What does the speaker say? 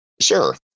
Sure